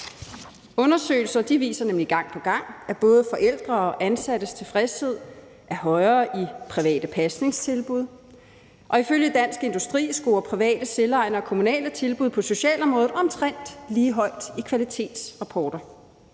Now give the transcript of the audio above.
Undersøgelser viser nemlig gang på gang, at både forældre og ansattes tilfredshed er højere i private pasningstilbud, og ifølge Dansk Industri scorer private selvejende og kommunale tilbud på socialområdet omtrent lige højt i kvalitetsrapporter.